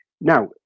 Now